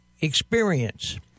experience